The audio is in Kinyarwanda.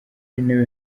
w’intebe